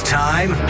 time